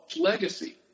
Legacy